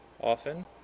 often